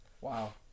Wow